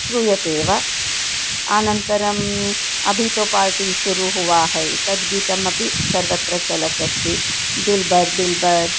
श्रूयतेव अनन्तरम् अभितोपार्टीशुरुहुवाहै तद्गीतमपि सर्वत्र चलत् अस्ति दिल्बर् दिल्बर्